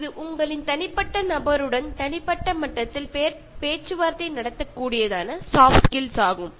ഇത് ഓരോ വ്യക്തികളിലും നിങ്ങൾക്ക് എത്രത്തോളം ഉണ്ടെന്നു വേർതിരിക്കാൻ സാധിക്കുമ്പോൾ ഇതൊരു സോഫ്റ്റ് സ്കിൽ ആയി മാറുന്നു